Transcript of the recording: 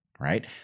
right